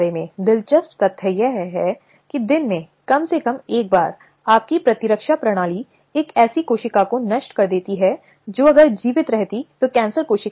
हालाँकि यह शब्द विशेष रूप से भारतीय संदर्भ में कार्य स्थल के रूप में विशाका बनाम राजस्थान राज्य के केस में आया